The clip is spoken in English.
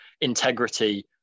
integrity